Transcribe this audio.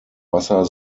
wasser